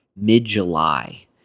mid-July